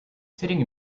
sitting